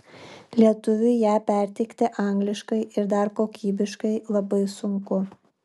lietuviui ją perteikti angliškai ir dar kokybiškai labai sunku